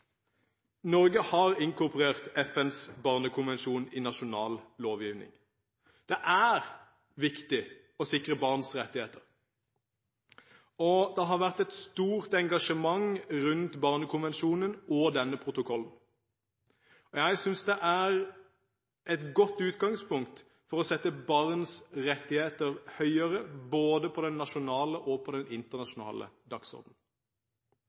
Norge har inkorporert FNs barnekonvensjon i nasjonal lovgivning. Det er viktig å sikre barns rettigheter, og det har vært et stort engasjement rundt Barnekonvensjonen og denne protokollen. Jeg synes det er et godt utgangspunkt for å sette barns rettigheter høyere, både på den nasjonale og på den